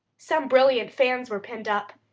some brilliant fans were pinned up,